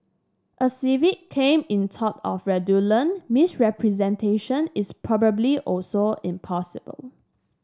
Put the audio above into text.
a civil claim in tort of fraudulent misrepresentation is probably also impossible